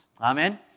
Amen